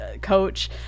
coach